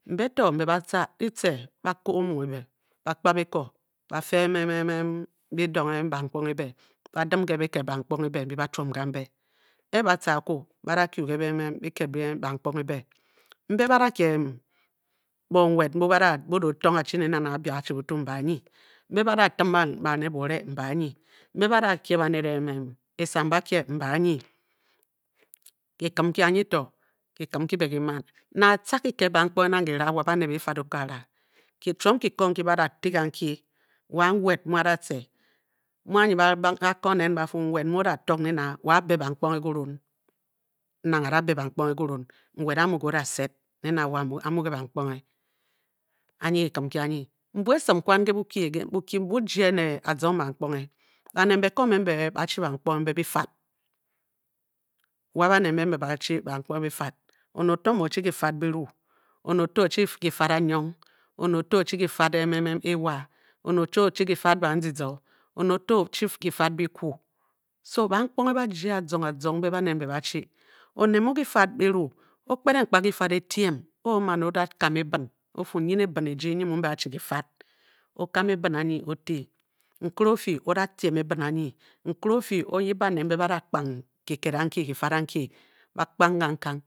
Mbetor mbe ba tar le tar ba comu be ba pka bekor ba fee emem on be done bantul be be badem ke kel ban pkonge nene imbi ba toum kembe inku le ke kele ban pkonge e be mbe bara gear bon welk mbo bara tour achi imaye imbe Kara jamp ba'nel imbaye imbe bara kwe easan ba gar imbaye ga kemb inkear ye Tor ga Kem be man na tar keget ban pko anger wah ba'nel re pank okagara ke chum inkele inke pure tea kan key wan awel mu ara ter Nena wa be ban pkonge bolu inwale wa omoli ban pkonge eh ayi be kan inko ayel imaman le boki boki imbole azong beuk pkonge etue ba'nel imbe mba chi ban pkoner bafal wa ba'nel mbe mine chi bfaul kelu ayon awony otor co oh so ban pkonge ba Jare ba zong embe ba'nel ema chilung o'nel gafat Garu o'pkele ke kele tyme o'fu eye le been aji inga ba chi le fal Intudw ofie ocean evening egu ofall intele ofe ouys ba'nel imba bawa pkank geffanke ba plzan kan kang